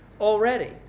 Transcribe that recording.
already